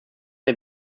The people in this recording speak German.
der